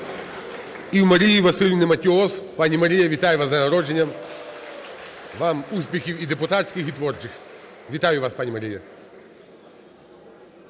у Марії Василівни Матіос. Пані Марія, вітаю вас з днем народження, вам успіхів і депутатських, і творчих. (Оплески) Вітаю вас, пані Марія.